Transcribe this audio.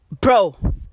Bro